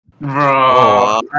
Bro